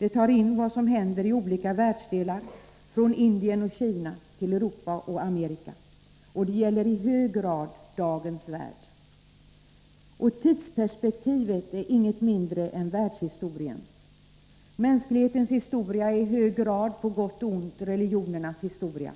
Ämnet innefattar vad som händer i olika världsdelar, från Indien och Kina till Europa och Amerika. Och det gäller i hög grad dagens värld. Tidsperspektivet är inget mindre än världshistoriens. Mänsklighetens historia är i hög grad, på gott och ont, religionernas historia.